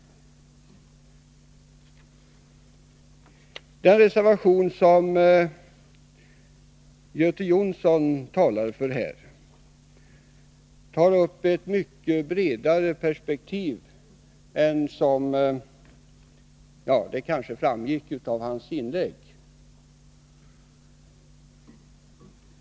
Den reservation som Göte Jonsson talade för anlägger ett mycket bredare perspektiv, vilket kanske framgick av hans anförande.